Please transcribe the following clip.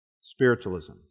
Spiritualism